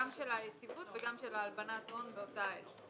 של היציבות וגם של הלבנת הון באותה עת.